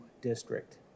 district